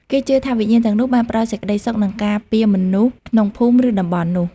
គេជឿថាវិញ្ញាណទាំងនោះបានផ្តល់សេចក្តីសុខនិងការពារមនុស្សក្នុងភូមិឬតំបន់នោះ។